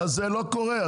זה לא קורה,